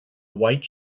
white